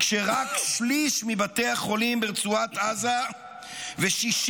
כשרק שליש מבתי החולים ברצועת עזה ושישית